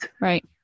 Right